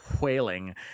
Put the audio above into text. wailing